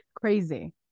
crazy